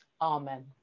Amen